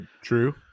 true